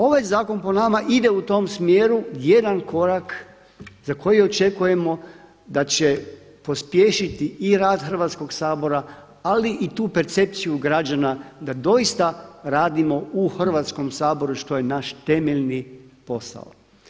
Ovaj zakon po nama ide u tom smjeru jedan korak za koji očekujemo da će pospješiti i rad Hrvatskog sabora, ali i tu percepciju građana da doista radimo u Hrvatskom saboru što je naš temeljni posao.